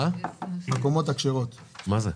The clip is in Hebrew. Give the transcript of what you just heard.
מה זה?